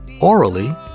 orally